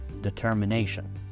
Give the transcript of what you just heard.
determination